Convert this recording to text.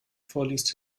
vorliest